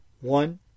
One